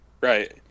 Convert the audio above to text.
right